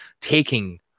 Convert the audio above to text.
taking